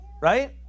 Right